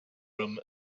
room